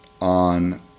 on